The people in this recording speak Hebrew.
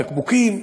בקבוקים.